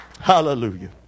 Hallelujah